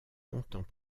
longtemps